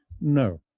no